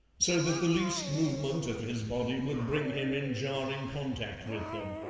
so that the least movement of his body would bring him in jarring contact with them.